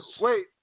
Wait